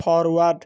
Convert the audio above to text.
forward